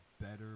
better